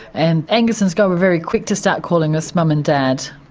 and angus and skye were very quick to start calling us mum and dad,